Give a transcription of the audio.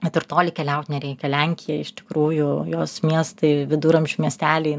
kad ir toli keliaut nereikia lenkija iš tikrųjų jos miestai viduramžių miesteliai